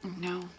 No